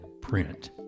print